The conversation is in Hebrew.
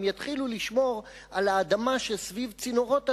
אם יתחילו לשמור על האדמה שסביב צינורות הנפט,